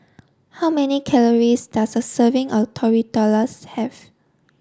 how many calories does a serving of Tortillas have